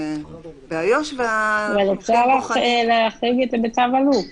באיו"ש --- אבל אפשר להחריג את זה בצו אלוף.